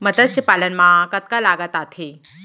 मतस्य पालन मा कतका लागत आथे?